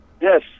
Yes